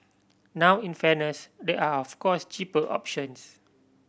now in fairness there are of course cheaper options